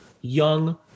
young